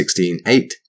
16.8